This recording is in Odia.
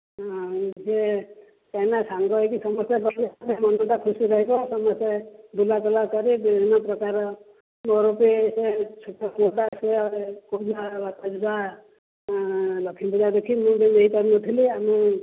ହଁ ଯେ ଏଇନା ସାଙ୍ଗ ହୋଇକି ସମସ୍ତେ ଗଲେ ମନଟା ଖୁସି ରହିବ ସମସ୍ତେ ବୁଲାଚଲା କରି ବିଭିନ୍ନପ୍ରକାର ମୋର ସେ ଲକ୍ଷ୍ମୀପୂଜା ଦେଖି ମୁଁ ତ ନେଇପାରୁନଥିଲି ଆମେ